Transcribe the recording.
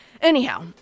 Anyhow